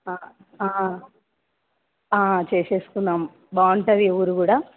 చేసేసుకుందాము బాగుంటుంది ఊరు కూడా